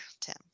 Tim